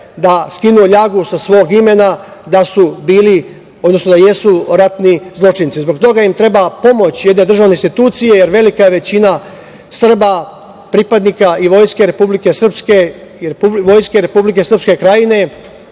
da skinu ljagu sa svog imena da su bili, odnosno da jesu ratni zločinci. Zbog toga im treba pomoć jedne državne institucije, jer velika većina Srba pripadnika i Vojske Republike Srpske i